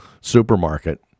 supermarket